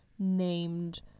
Named